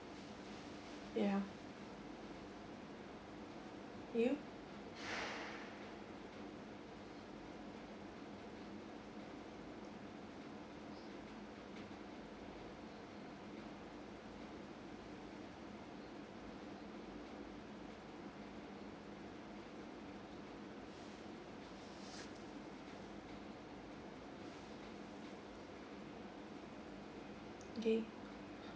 ya you okay